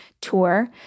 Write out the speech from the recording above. tour